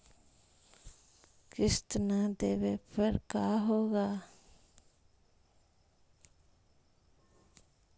किस्त न देबे पर का होगा?